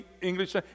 English